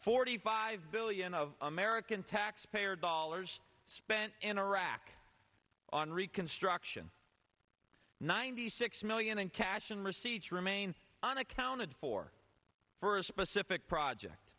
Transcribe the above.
forty five billion of american taxpayer dollars spent in iraq on reconstruction ninety six million in cash and receipts remain unaccounted for for a specific project